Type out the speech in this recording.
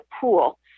pool